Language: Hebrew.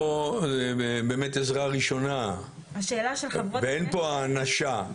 פה מדובר באמת בעזרה ראשונה ואין פה הענשה,